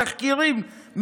בתחקירים,